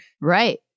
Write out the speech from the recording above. Right